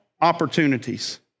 opportunities